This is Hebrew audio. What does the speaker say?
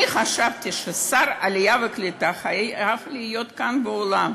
אני חשבתי ששר העלייה והקליטה חייב להיות כאן באולם.